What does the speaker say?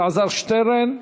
אלעזר שטרן,